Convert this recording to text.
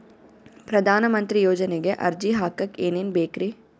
ಪ್ರಧಾನಮಂತ್ರಿ ಯೋಜನೆಗೆ ಅರ್ಜಿ ಹಾಕಕ್ ಏನೇನ್ ಬೇಕ್ರಿ?